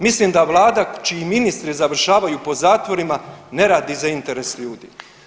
Mislim da vlada čiji ministri završavaju po zatvorima ne radi za interes ljudi.